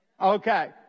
Okay